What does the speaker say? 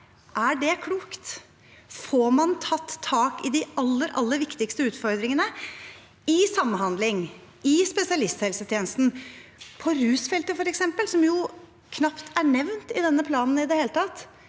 Er det klokt? Får man tatt tak i de aller, aller viktigste utfordringene innen samhandling, i spesialisthelsetjenesten, eller på rusfeltet, f.eks., som knapt er nevnt i denne planen i det hele tatt,